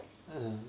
eh